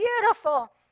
beautiful